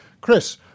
Chris